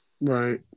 Right